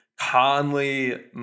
Conley